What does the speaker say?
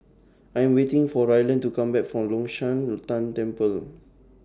I Am waiting For Ryland to Come Back from Long Shan Tang Temple